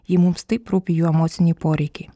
jei mums taip rūpi jų emociniai poreikiai